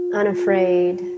unafraid